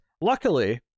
luckily